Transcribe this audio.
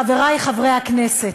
חברי חברי הכנסת,